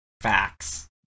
FACTS